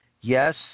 Yes